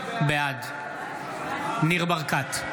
בעד ניר ברקת,